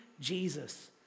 Jesus